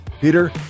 Peter